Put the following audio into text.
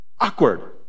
Awkward